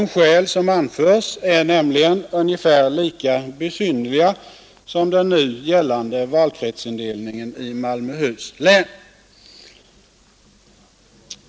De skäl som anförs är nämligen ungefär lika besynnerliga som den nu gällande valkretsindelningen i Malmöhus län.